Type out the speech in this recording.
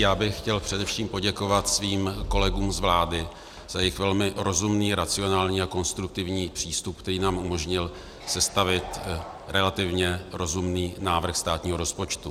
Já bych chtěl především poděkovat svým kolegům z vlády za jejich velmi rozumný, racionální a konstruktivní přístup, který nám umožnil sestavit relativně rozumný návrh státního rozpočtu.